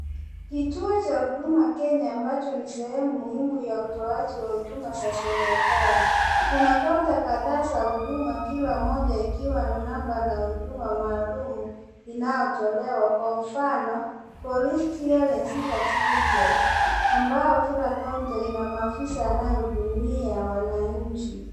Kituo cha Huduma Kenya ambacho ni sehemu muhimu ya utoaji huduma za serikali. Kuna kaunta kadhaa za huduma, kila moja ikiwa na nambari na huduma maalum inayotolewa. Kwa mfano, 'Police Clearance Certificate,' ambayo kila kaunta ina maafisa wanaohudumia wananchi.